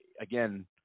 again